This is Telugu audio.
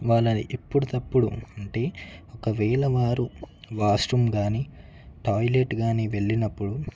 వాళ్ళని ఎప్పటికప్పుడు అంటే ఒకవేళ వారు వాష్రూమ్ కానీ టాయిలెట్ కానీ వెళ్ళినప్పుడు